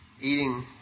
eating